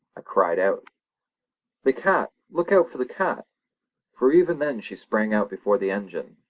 i cried out the cat! look out for the cat for even then she sprang out before the engine.